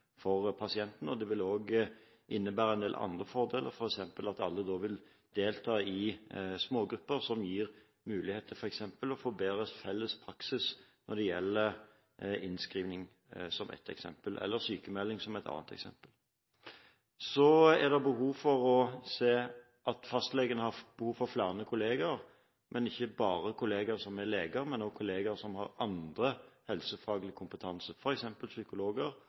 for pasientene. Det vil også innebære en del andre fordeler, som at alle da vil delta i smågrupper som gir mulighet til f.eks. å få bedre felles praksis når det gjelder innskrivning – som ett eksempel – eller sykemelding, som et annet eksempel. Så er det nødvendig å se at fastlegen har behov for flere kolleger – ikke bare kolleger som er leger, men også kolleger som har annen helsefaglig kompetanse, f.eks. psykologer